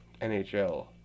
NHL